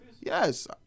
Yes